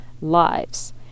lives